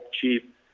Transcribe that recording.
cheap